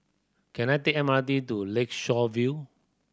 can I take the M R T to Lakeshore View